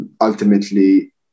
ultimately